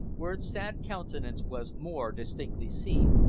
where its sad countenance was more distinctly seen.